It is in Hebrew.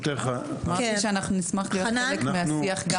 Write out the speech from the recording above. אמרתי שאנחנו נשמח להיות חלק מהשיח גם